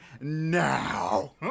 now